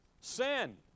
Sin